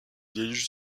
déluge